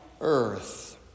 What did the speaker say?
earth